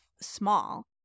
small